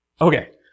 Okay